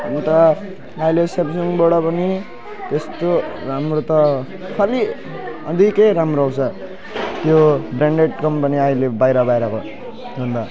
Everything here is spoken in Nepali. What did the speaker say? हुनु त अहिले स्यामसङबाट पनि त्यस्तो राम्रो त खालि अधिकै राम्रो आउँछ यो ब्रान्डेड कम्पनी अहिले बाहिर बाहिरको भन्दा